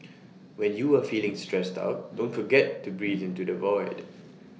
when you are feeling stressed out don't forget to breathe into the void